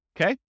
Okay